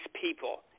people